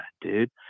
dude